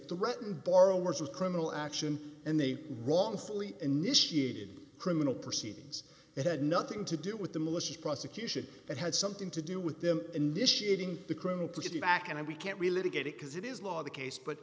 threatened borrowers with criminal action and they wrongfully initiated criminal proceedings that had nothing to do with the malicious prosecution that had something to do with them initiating the criminal pretty back and we can't really get it because it is law the case but